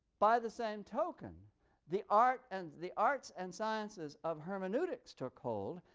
by the same token the arts and the arts and sciences of hermeneutics took hold,